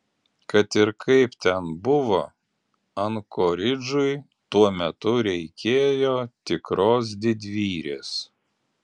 kad ir kaip ten buvo ankoridžui tuo metu reikėjo tikros didvyrės